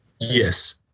Yes